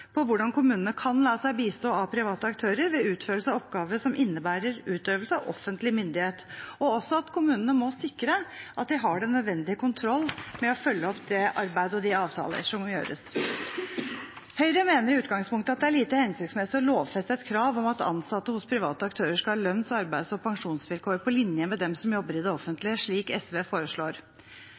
om hvordan kommunene kan la seg bistå av private aktører ved utførelse av oppgaver som innebærer utøvelse av offentlig myndighet, og også at kommunene må sikre at de har den nødvendige kontroll med å følge opp det arbeidet og de avtaler som må gjøres. Høyre mener i utgangspunktet at det er lite hensiktsmessig å lovfeste et krav om at ansatte hos private aktører skal ha lønns-, arbeids- og pensjonsvilkår på linje med dem som jobber i det offentlige, slik SV foreslår.